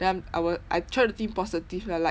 then I'm I was I try to think positive lah like